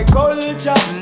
culture